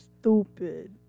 Stupid